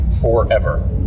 forever